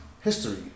history